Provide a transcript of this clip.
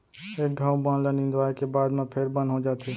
एक घौं बन ल निंदवाए के बाद म फेर बन हो जाथे